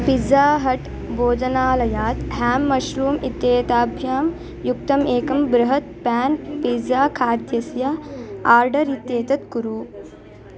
pizza Hut भोजनालयात् हेङ्ग् mushroom इत्येताभ्यां युक्तम् एकं बृहत् पेन् पिज़्ज़ा खाद्यस्य आर्डर् इत्येतत् कुरु